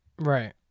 Right